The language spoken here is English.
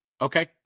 Okay